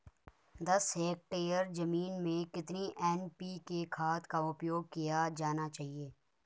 दस हेक्टेयर जमीन में कितनी एन.पी.के खाद का उपयोग किया जाना चाहिए?